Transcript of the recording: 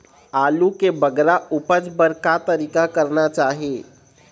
आलू के बगरा उपज बर का तरीका करना चाही?